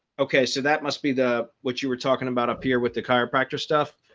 okay, so that must be the what you were talking about appear with the chiropractor stuff.